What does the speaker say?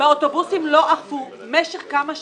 באוטובוסים לא אכפו במשך כמה שנים.